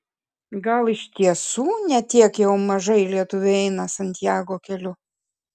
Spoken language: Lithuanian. gal iš tiesų ne tiek jau mažai lietuvių eina santiago keliu